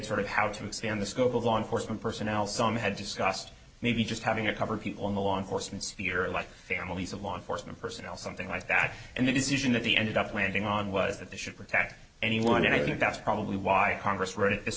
sort of how to expand the scope of law enforcement personnel some had discussed maybe just having a cover people in the law enforcement sphere of life families of law enforcement personnel something like that and the decision that they ended up landing on was that they should protect anyone and i think that's probably why congress wrote it this